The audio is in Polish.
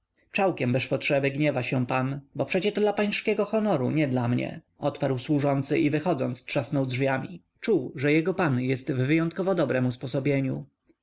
czałkiem beż potrzeby gniewa się pan bo przecie to dla pańszkiego honoru nie dla mego odparł służący i wychodząc trzasnął drzwiami czuł że jego pan jest w wyjątkowo dobrem